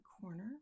corner